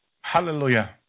Hallelujah